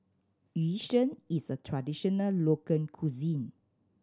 Yu Sheng is a traditional local cuisine